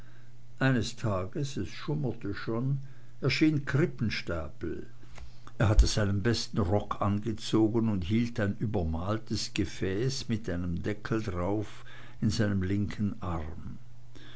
eines tages es schummerte schon erschien krippenstapel er hatte seinen besten rock angezogen und hielt ein übermaltes gefäß mit einem deckel darauf in seinem linken arm